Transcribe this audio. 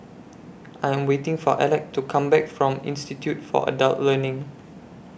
I Am waiting For Alec to Come Back from Institute For Adult Learning